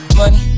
money